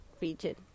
region